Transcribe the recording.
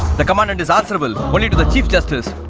the commandant is answerable only to the chief justice.